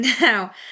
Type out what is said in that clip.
Now